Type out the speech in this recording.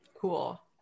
Cool